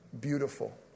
beautiful